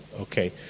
Okay